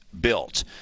built